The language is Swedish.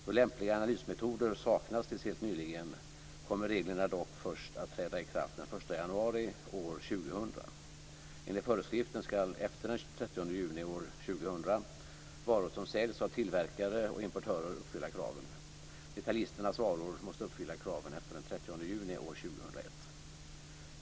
Då lämpliga analysmetoder saknats tills helt nyligen kommer reglerna att träda i kraft först den 1 januari år 2000. Enligt föreskriften ska efter den 30 juni år 2000 varor som säljs av tillverkare och importörer uppfylla kraven. Detaljisternas varor måste uppfylla kraven efter den 30 juni år 2001.